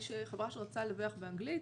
חברה שרצתה לדווח באנגלית